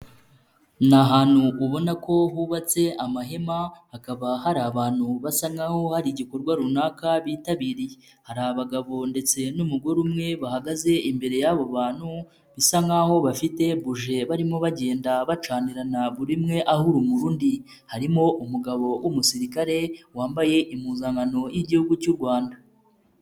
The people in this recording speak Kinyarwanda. Ni ahantu ubona ko hubatse amahema hakaba hari abantu basa nkaho hari igikorwa runaka bitabiriye, hari abagabo ndetse n'umugore umwe bahagaze imbere y'abo bantu bisa nkaho bafite buje barimo bagenda bacanirana buri umwe aha urumuri undi, harimo umugabo w'umusirikare wambaye impuzankano y'igihugu cy'u Rwanda.